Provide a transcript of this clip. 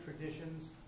traditions